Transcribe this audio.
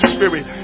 Spirit